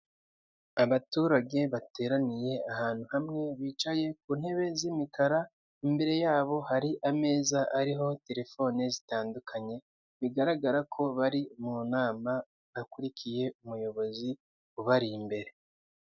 Abaturage bateraniye ahantu hamwe bicaye ku ntebe z'imikara, imbere yabo hari ameza ariho telefone zitandukanye, bigaragara ko bari mu nama bakurikiye umuyobozi ubari imbere.